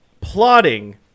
plotting